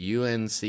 UNC